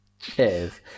Cheers